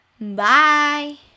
Bye